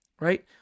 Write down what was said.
Right